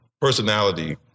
personality